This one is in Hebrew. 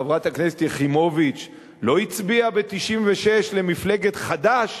חברת הכנסת יחימוביץ לא הצביעה ב-1996 למפלגת חד"ש?